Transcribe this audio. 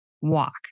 walk